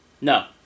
No